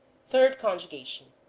third conjugation